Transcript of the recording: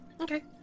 okay